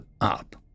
up